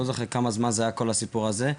לא זוכר כמה זמן זה היה כל הסיפור הזה.